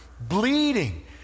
bleeding